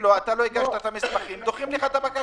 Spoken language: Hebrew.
לא שמעתי מה שהוא אמר.